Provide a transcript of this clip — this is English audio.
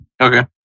Okay